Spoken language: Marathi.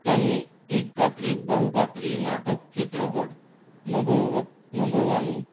त्यांनी एकपात्री बहुपात्री नाटक चित्रपट नभोवत नभोवाणी